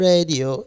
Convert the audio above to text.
Radio